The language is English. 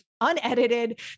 unedited